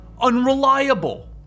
unreliable